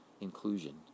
inclusion